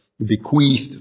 bequeathed